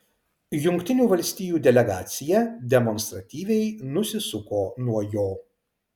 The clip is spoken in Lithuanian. jungtinių valstijų delegacija demonstratyviai nusisuko nuo jo